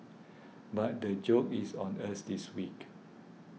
but the joke is on us this week